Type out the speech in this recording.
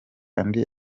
andi